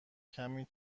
کمی